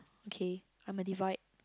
okay I'm a divide